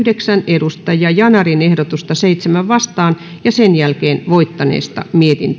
ja yhdeksän ehdotusta seitsemään vastaan ja sen jälkeen voittaneesta